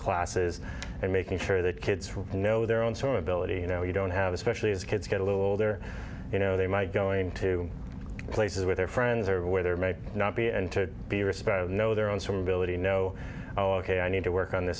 classes and making sure that kids who know their own some ability you know you don't have especially as kids get a little older you know they might going to places where their friends or where there may not be and to be respect know their own some ability know oh ok i need to work on